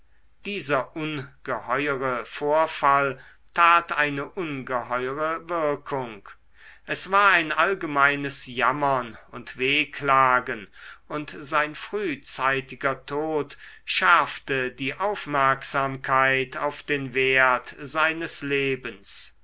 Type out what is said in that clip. dieser ungeheuere vorfall tat eine ungeheuere wirkung es war ein allgemeines jammern und wehklagen und sein frühzeitiger tod schärfte die aufmerksamkeit auf den wert seines lebens